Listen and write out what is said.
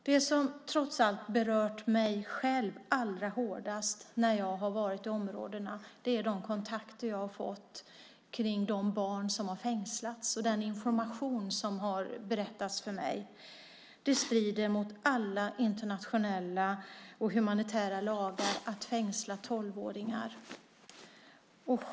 Det som berört mig själv allra hårdast när jag har varit i områdena är de kontakter jag har fått kring de barn som har fängslats och den information som jag har fått. Det strider mot alla internationella och humanitära lagar att fängsla tolvåringar.